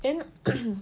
then